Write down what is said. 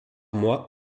mois